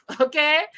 okay